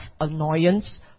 annoyance